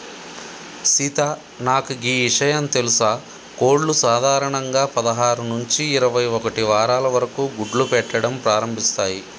సీత నాకు గీ ఇషయం తెలుసా కోళ్లు సాధారణంగా పదహారు నుంచి ఇరవై ఒక్కటి వారాల వరకు గుడ్లు పెట్టడం ప్రారంభిస్తాయి